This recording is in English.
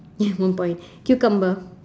ya one point cucumber